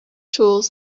tools